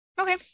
Okay